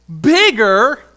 bigger